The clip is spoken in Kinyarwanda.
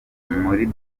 muri